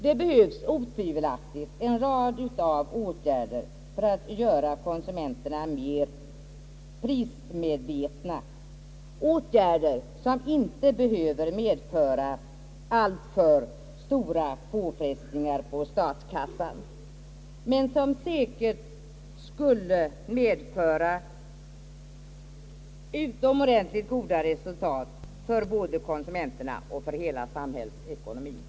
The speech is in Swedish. Det fordras utan tvivel en rad av åtgärder för att göra konsumenterna mer prismedvetna, åtgärder som inte behöver medföra alltför stora påfrestnnigar på statskassan men som säkerligen skulle medföra utomordentligt goda resultat för både konsumenterna och hela samhällsekonomien.